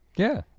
yeah.